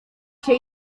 się